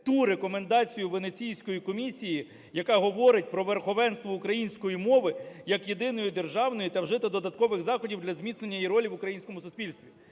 ту рекомендацію Венеційської комісії, яка говорить про верховенство української мови як єдиної державної, та вжити додаткових заходів для зміцнення її ролі в українському суспільстві.